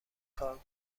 کارگروه